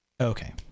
okay